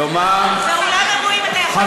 כלומר, באולם אירועים אתה יכול לסגור?